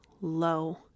low